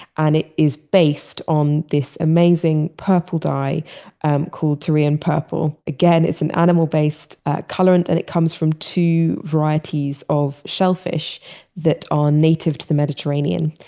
and it is based on this amazing purple dye called tyrian purple again, it's an animal-based colorant and it comes from two varieties of shellfish that are native to the mediterranean.